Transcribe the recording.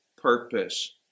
purpose